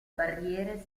barriere